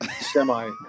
semi